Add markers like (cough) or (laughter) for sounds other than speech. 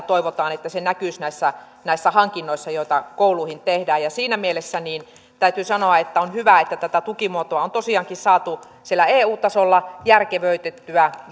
(unintelligible) toivotaan että se näkyisi näissä näissä hankinnoissa joita kouluihin tehdään siinä mielessä täytyy sanoa että on hyvä että tätä tukimuotoa on tosiaankin saatu siellä eu tasolla järkevöitettyä (unintelligible)